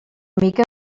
mica